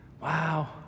wow